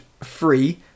free